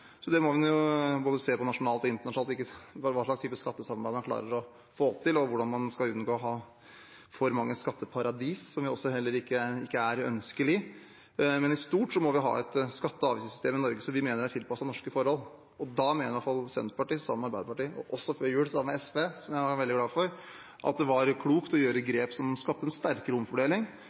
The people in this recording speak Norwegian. så man må se på både nasjonalt og internasjonalt hva slags type skattesamarbeid man klarer å få til, og hvordan man skal unngå å ha for mange skatteparadis, som heller ikke er ønskelig. Men i stort må vi ha et skatte- og avgiftssystem i Norge som vi mener er tilpasset norske forhold. Da mener i hvert fall Senterpartiet sammen med Arbeiderpartiet – før jul også sammen med SV, som jeg var veldig glad for – at det var klokt å gjøre grep som skapte en sterkere omfordeling,